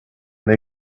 they